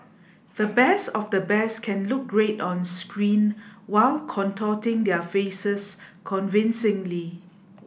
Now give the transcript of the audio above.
the best of the best can look great on screen while contorting their faces convincingly